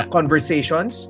Conversations